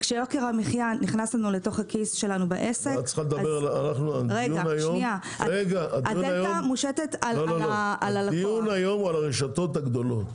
וכשיוקר המחיה נכנס לכיס שלנו- -- הדיון היום הוא על הרשתות הגדולות.